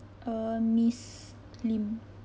uh miss lim